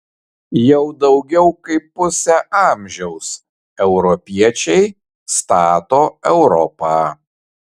jau daugiau kaip pusę amžiaus europiečiai stato europą